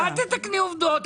אל תתקני עובדות.